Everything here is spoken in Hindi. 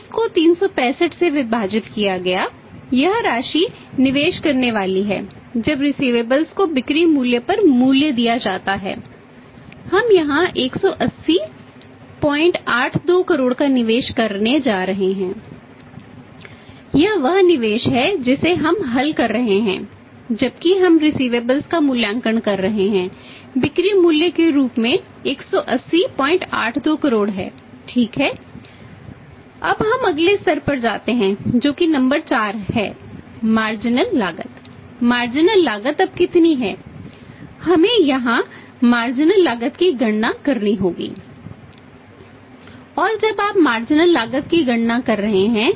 30 को 365 से विभाजित किया गया यह राशि निवेश करने वाली है जब रिसिवेबल्स लागत की गणना करनी होगी